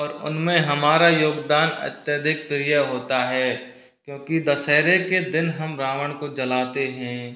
और उनमें हमारा योगदान अत्याधिक प्रिय होता है क्योंकि दशहरे के दिन हम रावण को जलाते हैं